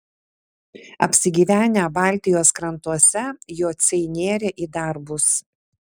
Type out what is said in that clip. apsigyvenę baltijos krantuose jociai nėrė į darbus